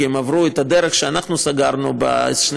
כי הן עברו את הדרך שאנחנו סגרנו בשני